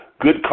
Good